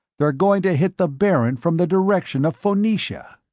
they're going to hit the baron from the direction of phoenicia.